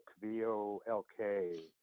V-O-L-K